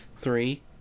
three